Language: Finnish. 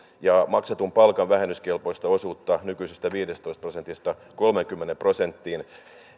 ja maksetun palkan vähennyskelpoista osuutta nykyisestä viidestätoista prosentista kolmeenkymmeneen prosenttiin